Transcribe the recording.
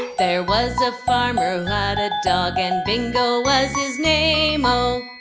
there was a farmer who had a dog and bingo was his name-o